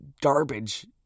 garbage